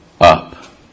up